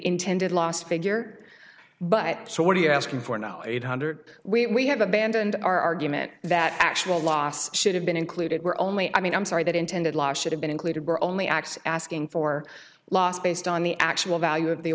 intended last figure but so what are you asking for now eight hundred we have abandoned our argument that actual loss should have been included were only i mean i'm sorry that intended law should have been included were only x asking for lost based on the actual value of the